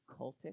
cultic